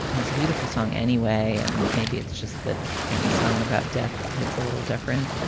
and it's a beautiful song anyway. and maybe it's just that any song about death hits a little different. and